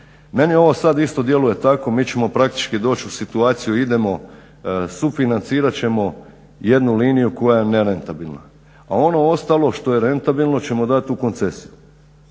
Meni ovo sad isto djeluje tako. Mi ćemo praktički doći u situaciju idemo, sufinancirat ćemo jednu liniju koja je nerentabilna, a ono ostalo što je rentabilno ćemo dati u koncesiju.